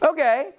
Okay